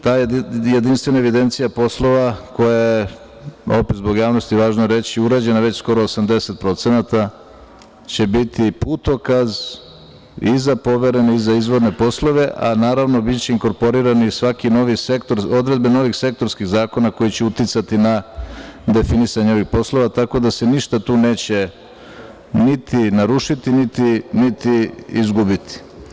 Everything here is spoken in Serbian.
Ta jedinstvena evidencija poslova, koja je, zbog javnosti je važno reći, urađena već skoro 80%, će biti putokaz i za poverene i za izvorne poslove, a naravno, biće inkorporiran i svaki novi sektor, odredbe novih sektorskih zakona koji će uticati na definisanje ovih poslova, tako da se ništa tu neće niti narušiti, niti izgubiti.